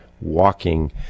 walking